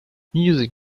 music